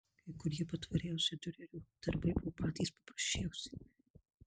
kai kurie patvariausi diurerio darbai buvo patys paprasčiausi